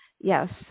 Yes